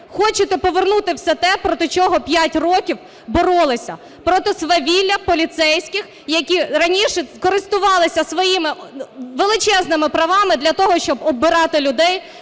хочете повернути все те проти чого 5 років боролися, проти свавілля поліцейських, які раніше користувалися своїми величезними правами для того, щоб оббирати людей,